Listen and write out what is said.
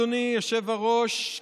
אדוני היושב-ראש,